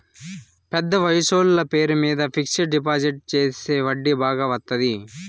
పెద్ద వయసోళ్ల పేరు మీద ఫిక్సడ్ డిపాజిట్ చెత్తే వడ్డీ బాగా వత్తాది